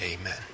Amen